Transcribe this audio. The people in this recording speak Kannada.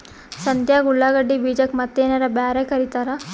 ಸಂತ್ಯಾಗ ಉಳ್ಳಾಗಡ್ಡಿ ಬೀಜಕ್ಕ ಮತ್ತೇನರ ಬ್ಯಾರೆ ಕರಿತಾರ?